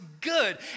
good